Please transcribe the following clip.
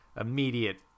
immediate